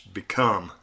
become